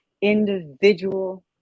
individual